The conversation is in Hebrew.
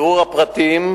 רצוני לשאול: